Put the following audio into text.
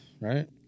right